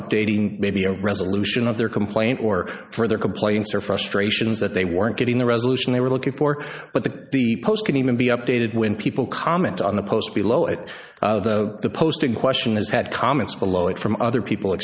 updating maybe a resolution of their complaint or for their complaints or frustrations that they weren't getting the resolution they were looking for but the the post can even be updated when people comment on the post below it though the post in question has had comments below it from other people